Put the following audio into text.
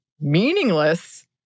meaningless